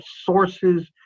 sources